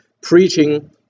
preaching